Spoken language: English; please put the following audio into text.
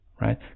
right